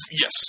yes